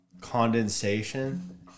condensation